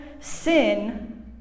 sin